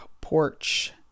porch